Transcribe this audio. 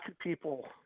people